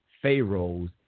pharaohs